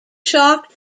shock